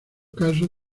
casos